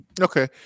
Okay